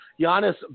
Giannis